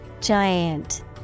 Giant